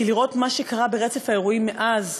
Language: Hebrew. כי לראות מה שקרה ברצף האירועים מאז,